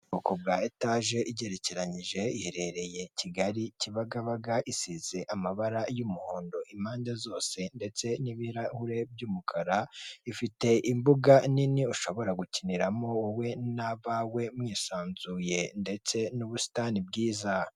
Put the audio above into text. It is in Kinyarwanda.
Ubwoko bwa etaje igerekeranyije iherereye Kigali kibagabaga isize amabara y'umuhondo impande zose ndetse n'ibirahure by'umukara, ifite imbuga nini ushobora gukiniramo wowe n'abawe mwisanzuye ndetse n'ubusitani bwiza.